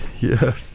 Yes